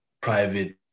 private